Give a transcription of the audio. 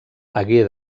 hagué